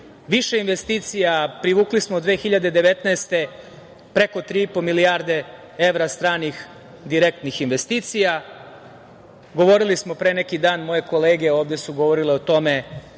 više investicija, privukli smo 2019. godine preko 3,5 milijardi evra stranih direktnih investicija. Govorili smo pre neki dan, moje kolege ovde su govorile o tome